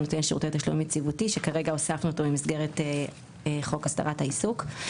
נותן שירותי תשלום יציבותי שכרגע הוספנו אותו במסגרת חוק הסדרת העיסוק.